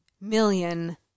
million